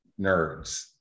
nerds